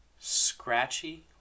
scratchy